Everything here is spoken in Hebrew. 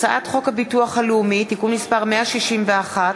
הצעת חוק הביטוח הלאומי (תיקון מס' 161),